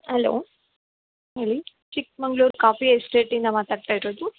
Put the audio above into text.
hello ಹೇಳಿ Chikmagalur coffee ಎಸ್ಟೇಟಿಂದ ಮಾತಾಡ್ತಾ ಇರೋದು